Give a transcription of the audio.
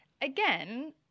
again